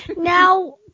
Now